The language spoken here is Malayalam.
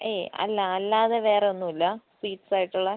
അ അല്ല അല്ലാതെ വേറെ ഒന്നുമില്ല സ്വീറ്റ്സ് ആയിട്ടുള്ളത്